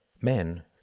Men